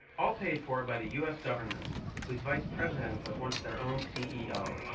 all paid for by the u s. government, whose vice president was once their own ceo.